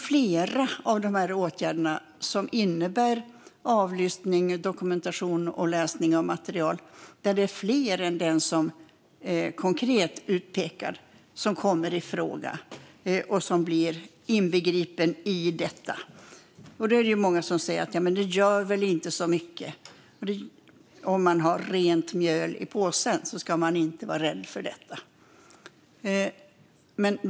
Flera av dessa åtgärder innebär avlyssning, dokumentation och läsning av material där fler än den som är konkret utpekad kommer i fråga och blir inbegripna i detta. Många säger att detta inte gör så mycket om man har rent mjöl i påsen; då behöver man inte vara rädd för detta.